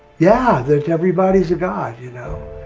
yeah, that everybody's a god, you know,